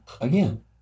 again